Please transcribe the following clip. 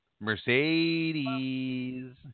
Mercedes